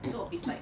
so it's like